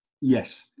Yes